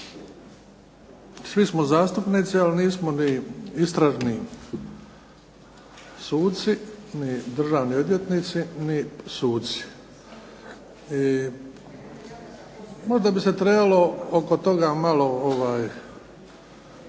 Svi smo zastupnici, ali nismo ni istražni suci ni državni odvjetnici ni suci i možda bi se trebalo oko toga malo,